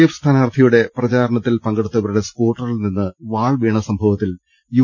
F സ്ഥാനാർഥിയുടെ പ്രചാരണത്തിൽ പങ്കെടുത്തവരുടെ സ്കൂട്ടറിൽ നിന്ന് വാൾ വീണ സംഭവത്തിൽ യു